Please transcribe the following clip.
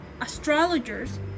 astrologers